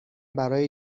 برای